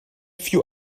few